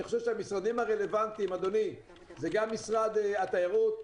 אני חושב שהמשרדים הרלוונטיים הם גם משרד התיירות,